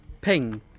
ping